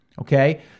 okay